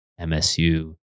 MSU